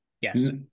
Yes